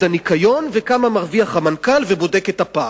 הניקיון וכמה מרוויח המנכ"ל ובודק את הפער.